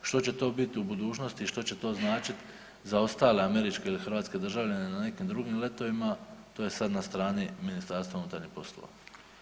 Što će to biti u budućnosti i što će to značiti za ostale američke ili hrvatske državljane na nekim drugim letovima, to je sada na strani MUP-a.